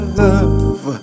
love